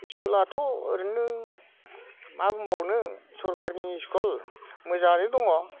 स्कुलाथ' ओरैनो मा बुंबावनो सोरकारनि स्कुल मोजाङानो दङ